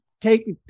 take